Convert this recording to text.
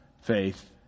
faith